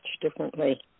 differently